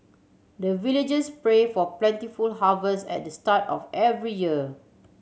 the villagers pray for plentiful harvest at the start of every year